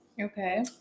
Okay